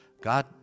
God